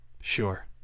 Sure